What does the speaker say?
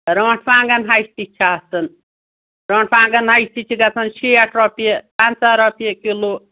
رٲنٛٹھ وانٛگَن ہَچہِ تہِ چھِ آسان رٲنٛٹھ وانٛگَن ہَچہِ تہِ چھِ گژھان شیٹھ رۄپیہِ پَنٛژاہ رۄپیہِ کِلوٗ